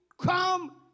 come